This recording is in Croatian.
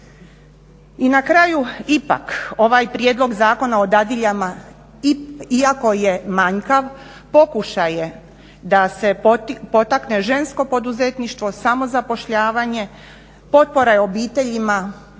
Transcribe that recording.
I na kraju ipak ovaj prijedlog Zakona o dadiljama iako je manjkav pokušaj je da se potakne žensko poduzetništvo, samozapošljavanje, potpora je obiteljima